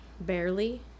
barely